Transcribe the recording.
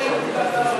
להצבעה.